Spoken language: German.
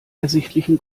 ersichtlichen